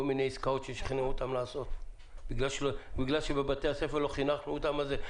מיני עסקאות ששכנעו אותם לעשות בגלל שבבתי הספר לא חינכנו אותם לזה,